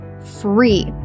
free